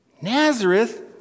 Nazareth